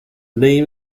name